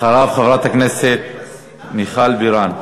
אחריו, חברת הכנסת מיכל בירן.